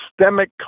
systemic